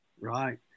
right